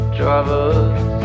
drivers